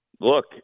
Look